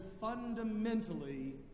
fundamentally